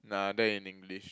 nah bad in English